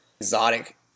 exotic